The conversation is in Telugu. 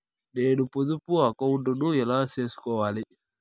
నేను పొదుపు అకౌంటు ను ఎలా సేసుకోవాలి?